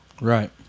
Right